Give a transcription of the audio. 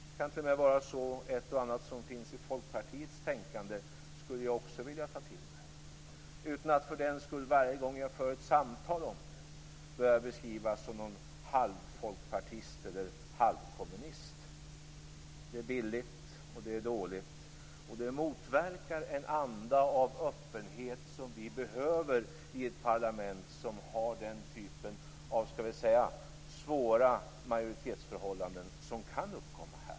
Det kan t.o.m. vara så att ett och annat av det som finns i Folkpartiets tänkande skulle jag vilja ta till mig utan att för den skull varje gång jag för ett samtal om det behöva beskrivas som halvfolkpartist eller halvkommunist. Det är billigt och dåligt och motverkar en anda av öppenhet som vi behöver i ett parlament som har den typ av svåra majoritetsförhållanden som kan uppkomma här.